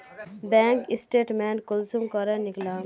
Bank statement कुंसम करे निकलाम?